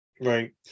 right